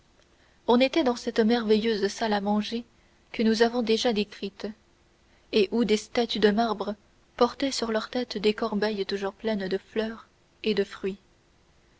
on était dans cette merveilleuse salle à manger que nous avons déjà décrite et où des statues de marbre portaient sur leur tête des corbeilles toujours pleines de fleurs et de fruits